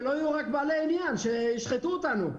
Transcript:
ולא יהיו רק בעלי עניין שישחטו אותנו.